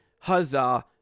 Huzzah